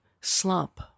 slump